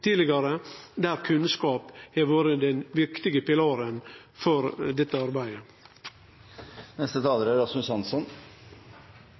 tidlegare, der kunnskap har vore den viktige pilaren for dette